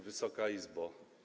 Wysoka Izbo!